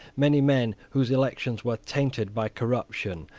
many men whose elections were tainted by corruption,